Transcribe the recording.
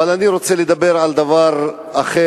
אבל אני רוצה לדבר על דבר אחר.